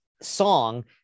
song